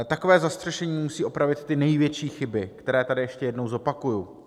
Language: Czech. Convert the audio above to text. Takové zastřešení musí opravit ty největší chyby, které tady ještě jednou zopakuji.